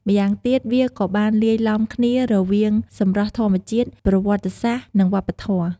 ម្យ៉ាងទៀត វាក៏បានលាយឡំគ្នារវាងសម្រស់ធម្មជាតិ ប្រវត្តិសាស្រ្ត និងវប្បធម៌។